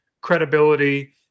credibility